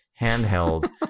handheld